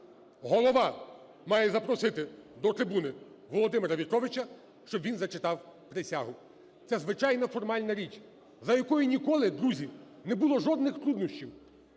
Голова має запросити до трибуни Володимира В'ятровича, щоб він зачитав присягу. Це звичайна, формальна річ, з якою ніколи, друзі, не було жодних труднощів.